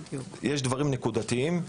יש בעיות נקודתיות,